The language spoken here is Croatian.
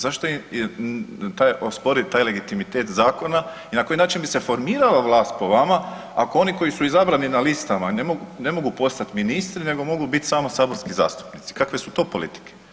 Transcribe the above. Zašto … ospori taj legitimitet zakona i na koji način bi se formirala vlast po vama ako oni koji su izabrani na listama ne mogu postati ministri nego mogu biti samo saborski zastupnici, kakve su to politike?